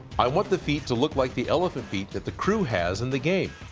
i want the feet to look like the elephant feet that the crew has in the game.